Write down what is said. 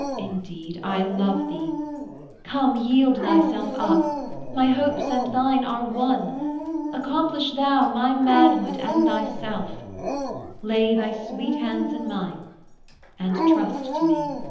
indeed i love thee come, yield thyself up my hopes and thine are one accomplish thou my manhood and thyself lay thy sweet hands in mine and trust to me